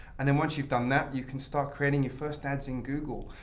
and then once you've done that, you can start creating your first ads in google.